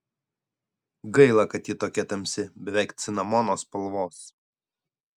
gaila kad ji tokia tamsi beveik cinamono spalvos